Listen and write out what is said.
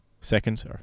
seconds